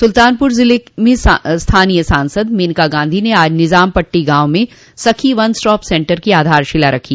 सुल्तानपुर ज़िले में स्थानीय सांसद मेनका गॉधी ने आज निजाम पट्टी गांव में सखी वन स्टाप सेन्टर की आधारशिला रखी